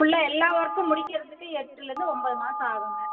ஃபுல்லா எல்லா ஒர்க்கும் முடிக்கிறதுக்கு எட்டுலேருந்து ஒன்போது மாதம் ஆகுங்க